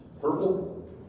Purple